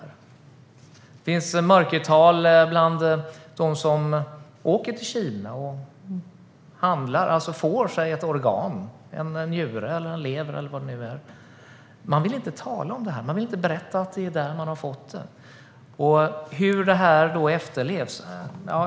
Det finns mörkertal bland dem som åker till Kina och får ett organ, till exempel en njure eller en lever. Man vill inte tala om detta; man vill inte berätta att det är därifrån man har fått organet.